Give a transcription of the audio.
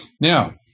now